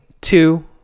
two